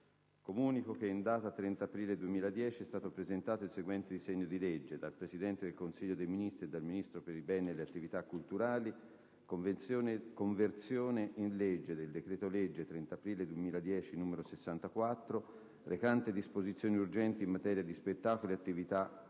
Comunico che, in data 30 aprile 2010, e` stato presentato il seguente disegno di legge: dal Presidente del Consiglio dei ministri e dal Ministro per i beni e le attivita` culturali: «Conversione in legge del decreto-legge 30 aprile 2010, n. 64, recante disposizioni urgenti in materia di spettacolo e attivita` culturali»